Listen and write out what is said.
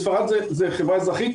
בספרד זה חברה אזרחית,